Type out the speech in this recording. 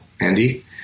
Andy